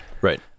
right